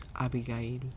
Abigail